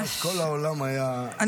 ממש כל העולם היה, כל העולם, לא רק בישראל.